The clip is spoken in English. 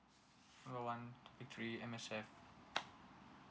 call one pick three M_S_F